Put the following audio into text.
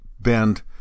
Bend